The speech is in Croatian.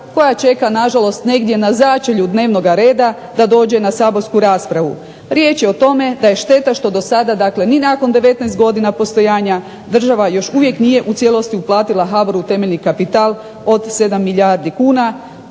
koja čeka nažalost negdje na začelju dnevnoga reda da dođe na saborsku raspravu. Riječ je o tome da je šteta što do sada, dakle ni nakon 19 godina postojanja država još uvijek nije u cijelosti uplatila HBOR-u temeljni kapital od 7 milijardi kuna,